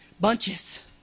Bunches